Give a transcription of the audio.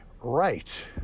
right